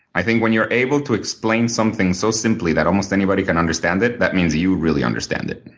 i think when you're able to explain something so simply that almost anybody can understand it, that means you really understand it.